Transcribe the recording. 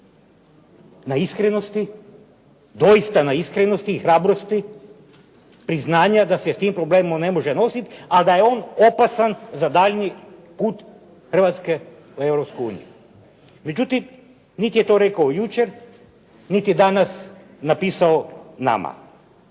na iskrenosti, doista na iskrenosti i hrabrosti, priznanja da se s tim problemom ne može nositi, a da je on opasan za daljnji put Hrvatske u Europsku uniju. Međutim, niti je to rekao jučer, niti je danas napisao nama.